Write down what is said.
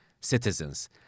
citizens